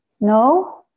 no